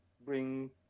bring